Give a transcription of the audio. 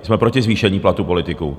Jsme proti zvýšení platů politiků.